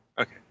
Okay